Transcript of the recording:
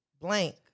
Blank